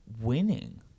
winning